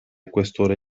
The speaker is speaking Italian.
questore